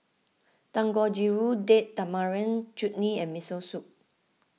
Dangojiru Date Tamarind Chutney and Miso Soup